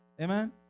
Amen